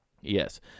Yes